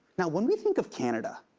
now, when we think of canada,